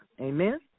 amen